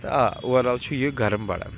تہٕ آ اووَرآل چھُ یہِ گرم بَڑان